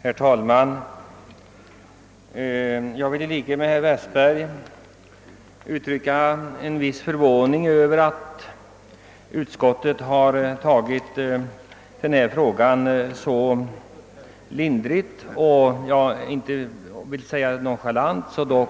Herr talman! Jag vill i likhet med herr Westberg uttrycka en viss förvåning över att utskottet har tagit så lätt på denna fråga. även om jag inte vill säga att man varit nonchalant har man